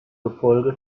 gefolge